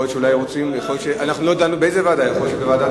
לא דנו באיזו ועדה.